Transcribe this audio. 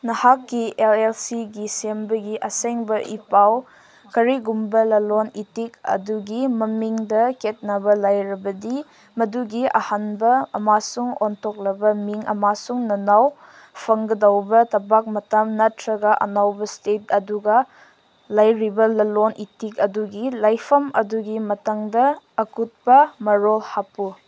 ꯅꯍꯥꯛꯀꯤ L L ꯁꯤꯒꯤ ꯁꯦꯝꯕꯒꯤ ꯑꯁꯦꯡꯕ ꯏ ꯄꯥꯎ ꯀꯔꯤꯒꯨꯝꯕ ꯂꯂꯣꯟ ꯏꯇꯤꯛ ꯑꯗꯨꯒꯤ ꯃꯃꯤꯡꯗ ꯈꯦꯠꯅꯕ ꯂꯩꯔꯕꯗꯤ ꯃꯗꯨꯒꯤ ꯑꯍꯥꯟꯕ ꯑꯃꯁꯨꯡ ꯑꯣꯟꯊꯣꯛꯂꯕ ꯃꯤꯡ ꯑꯃꯁꯨꯡ ꯅꯅꯧ ꯐꯪꯒꯗꯧꯕ ꯊꯕꯛ ꯃꯇꯝ ꯅꯠꯇ꯭ꯔꯒ ꯑꯅꯧꯕ ꯏꯁꯇꯦꯠ ꯑꯗꯨꯒ ꯂꯩꯔꯤꯕ ꯂꯂꯣꯟ ꯏꯇꯤꯛ ꯑꯗꯨꯒꯤ ꯂꯩꯐꯝ ꯑꯗꯨꯒꯤ ꯃꯇꯥꯡꯗ ꯑꯀꯨꯞꯄ ꯃꯔꯣꯜ ꯍꯥꯞꯄꯨ